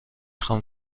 خوام